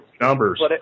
numbers